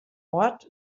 ort